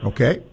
Okay